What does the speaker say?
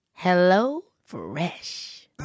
HelloFresh